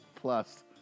plus